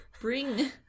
bring